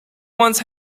wants